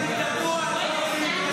עברה בקריאה ראשונה ותועבר לוועדת חוץ וביטחון.